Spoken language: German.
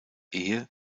ehe